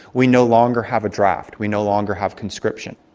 we no longer have a draft. we no longer have conscription.